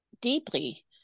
deeply